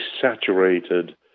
saturated